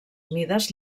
mides